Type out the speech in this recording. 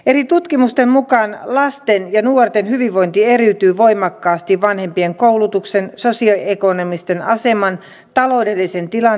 eri tutkimusten mukaan lasten ja nuorten hyvinvointi eriytyy voimakkaasti vanhempien koulutuksen sosioekonomisen aseman taloudellisen tilanteen mukaan